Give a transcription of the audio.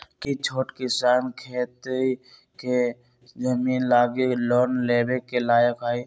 कि छोट किसान खेती के जमीन लागी लोन लेवे के लायक हई?